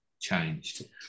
changed